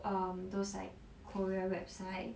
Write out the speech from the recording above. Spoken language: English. um those like korea website